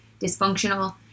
dysfunctional